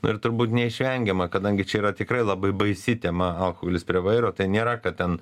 nu ir turbūt neišvengiama kadangi čia yra tikrai labai baisi tema alkoholis prie vairo tai nėra kad ten